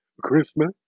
Christmas